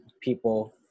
people